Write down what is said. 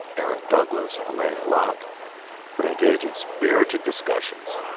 aaron douglas, alain locke would engage in spirited discussions.